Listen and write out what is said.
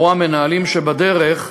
או המנהלים שבדרך,